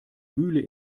mühle